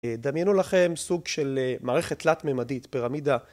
דמיינו לכם סוג של מערכת תלת-מימדית פירמידה...